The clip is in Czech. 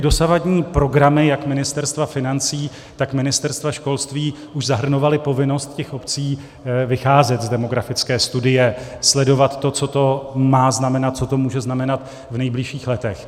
Dosavadní programy jak Ministerstva financí, tak Ministerstva školství už zahrnovaly povinnost těch obcí vycházet z demografické studie, sledovat to, co to má znamenat, co to může znamenat v nejbližších letech.